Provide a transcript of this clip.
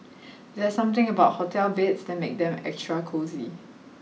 there's something about hotel beds that makes them extra cosy